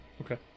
Okay